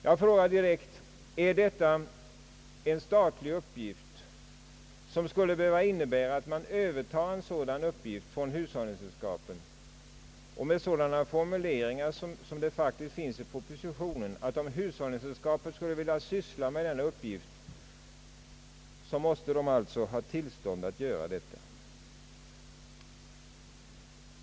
Jag frågar direkt, om det är nödvändigt att staten övertar sådana uppgifter från hushållningssällskapen, med sådana formuleringar som faktiskt finns i propositionen, att om hushållningssällskapen skulle vilja syssla med sådana uppgifter måste de ha tillstånd.